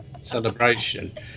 celebration